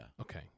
Okay